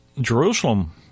Jerusalem